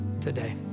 today